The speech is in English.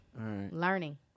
learning